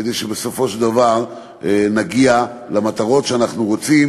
כדי שבסופו של דבר נגיע למטרות שאנחנו רוצים: